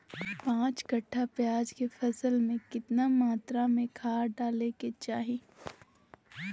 पांच कट्ठा प्याज के फसल में कितना मात्रा में खाद डाले के चाही?